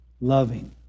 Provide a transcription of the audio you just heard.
loving